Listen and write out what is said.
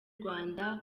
rwanda